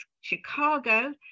Chicago